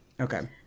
Okay